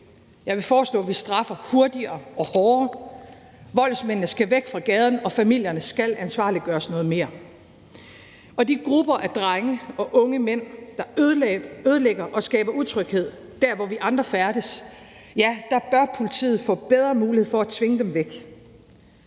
Jeg vil foreslå, at vi straffer hurtigere og hårdere. Voldsmændene skal væk fra gaden, og familierne skal ansvarliggøres noget mere. De grupper af drenge og unge mænd, der ødelægger det og skaber utryghed der, hvor vi andre færdes, bør politiet få bedre mulighed for at tvinge væk.